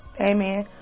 amen